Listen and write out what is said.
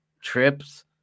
Trips